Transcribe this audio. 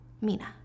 Mina